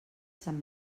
sant